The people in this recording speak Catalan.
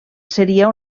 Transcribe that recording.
seria